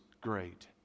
great